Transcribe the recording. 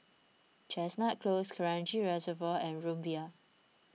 Chestnut Close Kranji Reservoir and Rumbia